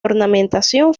ornamentación